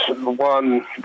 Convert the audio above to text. one